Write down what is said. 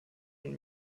und